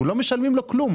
לא משלמים לו כלום,